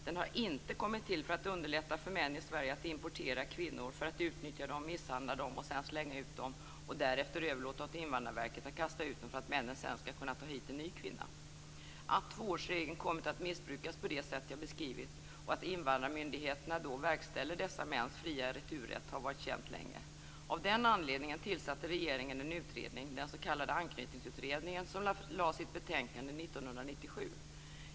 Den har inte kommit till för att underlätta för män i Sverige att importera kvinnor för att utnyttja dem, misshandla dem och sedan slänga ut dem och därefter överlåta åt Invandrarverket att kasta ut dem; detta för att männen sedan skall kunna ta hit en ny kvinna. Att tvåårsregeln har kommit att missbrukas på det sätt som jag beskrivit och att invandrarmyndigheterna verkställer dessa mäns fria returrätt har varit känt länge. Av den anledningen tillsatte regeringen en utredning - den s.k. Anknytningsutredningen, som lade fram sitt betänkande 1997.